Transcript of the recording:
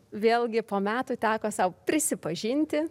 vėlgi po metų teko sau prisipažinti